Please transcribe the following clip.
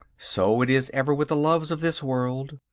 so it is ever with the loves of this world,